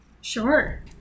Sure